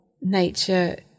nature